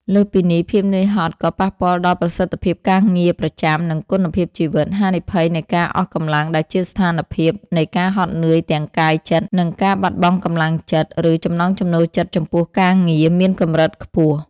លើសពីនេះ ភាពនឿយហត់ក៏ប៉ះពាល់ដល់ប្រសិទ្ធភាពការងារប្រចាំ និងគុណភាពជីវិត ហានិភ័យនៃការអស់កម្លាំងដែលជាស្ថានភាពនៃការហត់នឿយទាំងកាយចិត្ត និងការបាត់បង់កម្លាំងចិត្ត ឬចំណង់ចំណូលចិត្តចំពោះការងារ មានកម្រិតខ្ពស់។